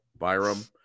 Byram